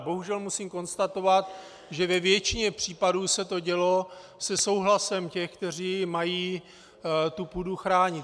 Bohužel musím konstatovat, že ve většině případů se to dělo se souhlasem těch, kteří mají půdu chránit.